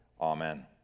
Amen